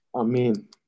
Amen